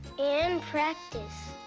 and practiced.